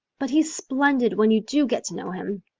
but he's splendid when you do get to know him.